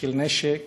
של נשק